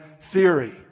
Theory